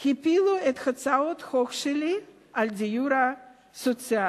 הפילו את הצעות החוק שלי על הדיור הסוציאלי,